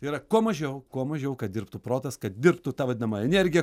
tai yra kuo mažiau kuo mažiau kad dirbtų protas kad dirbtų ta vadinama energija